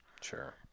Sure